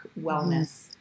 wellness